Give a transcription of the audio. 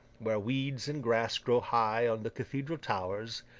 where weeds and grass grow high on the cathedral towers,